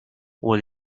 will